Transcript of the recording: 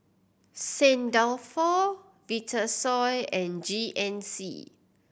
Saint Dalfour Vitasoy and G N C